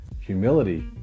Humility